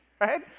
right